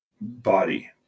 body